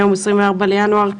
היום ה-24 בינואר 2022,